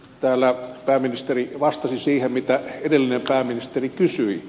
täällä pääministeri vastasi siihen mitä edellinen pääministeri kysyi